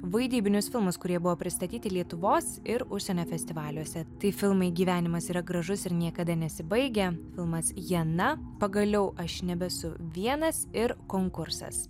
vaidybinius filmus kurie buvo pristatyti lietuvos ir užsienio festivaliuose tai filmai gyvenimas yra gražus ir niekada nesibaigia filmas jena pagaliau aš nebesu vienas ir konkursas